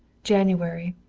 january,